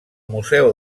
museu